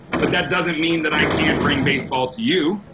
but that doesn't mean that i can't bring baseball to you.